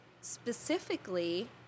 specifically